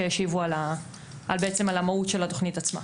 שישיבו על המהות של התכנית עצמה.